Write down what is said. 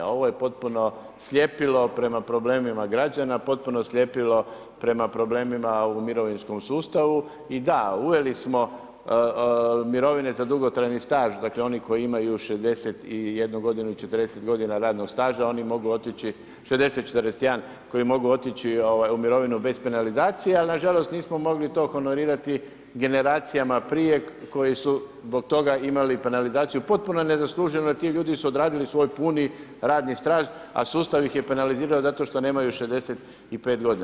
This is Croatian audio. A ovo je potpuno sljepilo prema problemima građana, potpuno sljepilo prema problemima u mirovinskom sustavu i da, uveli smo mirovine za dugotrajni staž, dakle oni koji imaju 61 godinu i 40 godina radnog staža, 60 41, koji mogu otići u mirovinu bez penalizacije, ali nažalost nismo mogli to honorirati generacijama prije koje su zbog toga imali penalizaciju potpuno nezasluženo jer ti ljudi su odradili svoj puni radni staž, a sustav ih je penalizirao zato što nemaju 65. godina.